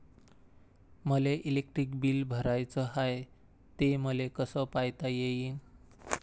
मले electric bill भराचं हाय, ते मले कस पायता येईन?